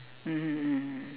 mmhmm mmhmm